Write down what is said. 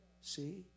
See